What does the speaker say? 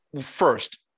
First